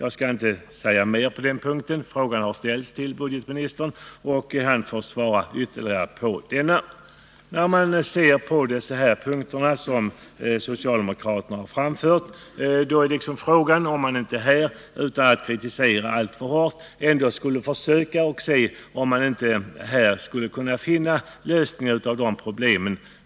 Jag skall inte säga mer på den punkten. Frågan har ställts till budgetministern, och han får själv svara utförligare. De problem som socialdemokraterna har tagit upp anser jag att det borde gå att finna lösningar på.